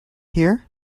hear